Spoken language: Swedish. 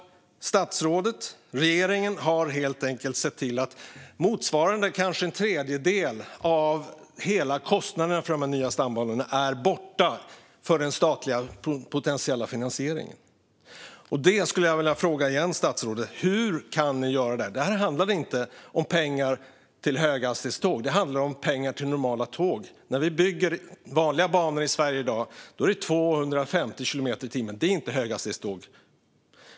Statsrådet och regeringen har helt enkelt sett till att motsvarande kanske en tredjedel av hela kostnaden för de nya stambanorna är borta för den statliga potentiella finansieringen. Jag skulle återigen vilja fråga statsrådet: Hur kan ni göra detta? Det handlar inte om pengar till höghastighetståg. Det handlar om pengar till normala tåg. När vi bygger vanliga banor i Sverige i dag handlar det om 250 kilometer i timmen. Det är inte höghastighetståg.